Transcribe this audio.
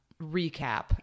recap